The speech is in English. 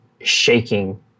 shaking